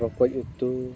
ᱨᱚᱠᱚᱡ ᱩᱛᱩ